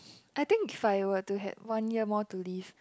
I think if I were to had one more year to live